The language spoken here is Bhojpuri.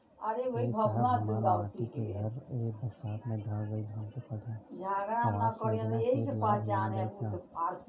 ए साहब हमार माटी क घर ए बरसात मे ढह गईल हमके प्रधानमंत्री आवास योजना क लाभ मिल जाई का?